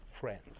friends